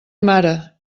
mare